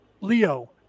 Leo